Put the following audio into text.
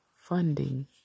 funding